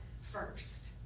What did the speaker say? first